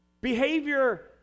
Behavior